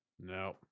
no